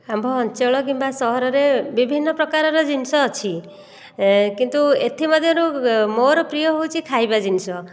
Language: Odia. ଆମ୍ଭ ଅଞ୍ଚଳ କିମ୍ବା ସହରରେ ବିଭିନ୍ନ ପ୍ରକାରର ଜିନିଷ ଅଛି କିନ୍ତୁ ଏଥିମଧ୍ୟରୁ ମୋ'ର ପ୍ରିୟ ହେଉଛି ଖାଇବା ଜିନିଷ